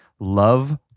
love